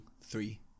three